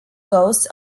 ghosts